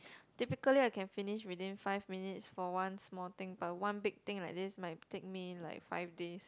typically I can finish within five minutes for one small thing but one big thing like this might take me like five days